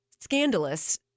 scandalous